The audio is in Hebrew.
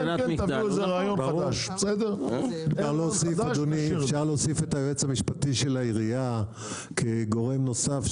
בואו עם רעיון חדש אפשר להוסיף את היועץ המשפטי של העירייה כגורם נוסף,